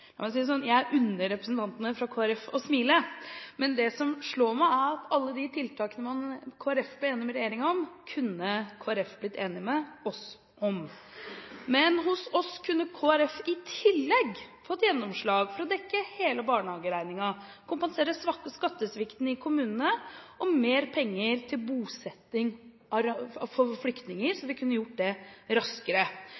Jeg unner representantene fra Kristelig Folkeparti å smile, men det som slår meg, er at alle tiltakene Kristelig Folkeparti ble enig med regjeringen om, kunne Kristelig Folkeparti blitt enig med oss om. Hos oss kunne Kristelig Folkeparti i tillegg fått gjennomslag for å dekke hele barnehageregningen, kompensert skattesvikten i kommunene og fått mer penger til bosetting av